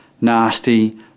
nasty